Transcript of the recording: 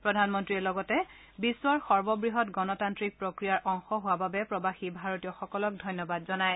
প্ৰধানমন্ত্ৰীয়ে লগতে বিশ্বৰ সৰ্ববৃহৎ গণতান্ত্ৰিক প্ৰক্ৰিয়াৰ অংশ হোৱা বাবে প্ৰৱাসী ভাৰতীয়সকলক ধন্যবাদ জনায়